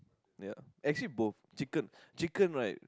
ya actually both chicken chicken right